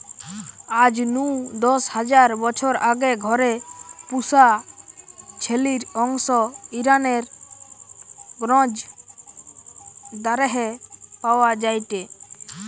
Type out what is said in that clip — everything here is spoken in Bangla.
আজ নু দশ হাজার বছর আগে ঘরে পুশা ছেলির অংশ ইরানের গ্নজ দারেহে পাওয়া যায়টে